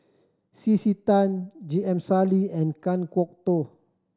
C C Tan J M Sali and Kan Kwok Toh